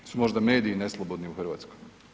Jesu možda mediji neslobodni u Hrvatskoj?